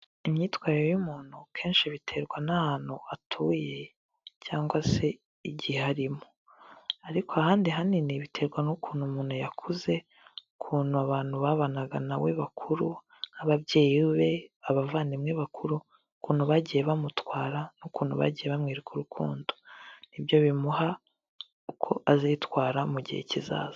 Imyitwarire y'umuntu kenshi biterwa n'ahantu atuye cyangwa se igihe arimo, ariko ahandi hanini biterwa n'ukuntu umuntu yakuze, ukuntu abantu babanaga na we bakuru nk'ababyeyi be abavandimwe bakuru ukuntu bagiye bamutwara, n'ukuntu bagiye bamwereka urukundo nibyo bimuha uko azitwara mu gihe kizaza.